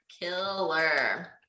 killer